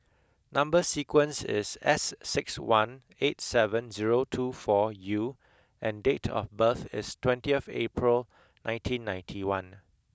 number sequence is S six one eight seven zero two four U and date of birth is twentieth April nineteen ninety one